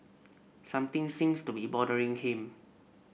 something seems to be bothering him